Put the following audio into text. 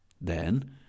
Then